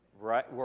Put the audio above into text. Right